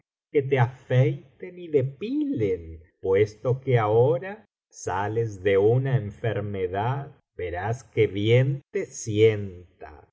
que te afeiten y depilen puesto que ahora sales de una enfermedad verás qué bien te sienta